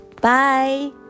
Bye